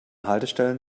haltestellen